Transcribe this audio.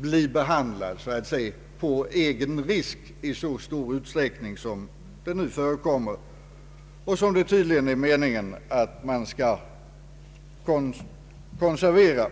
bli behandlad så att säga ”på egen risk” i så stor utsträckning som nu förekommer, ett förhållande som nu tydligen skall konserveras.